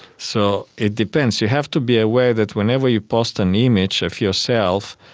so it depends. you have to be aware that whenever you post an image of yourself,